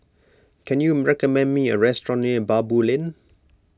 can you recommend me a restaurant near Baboo Lane